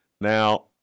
Now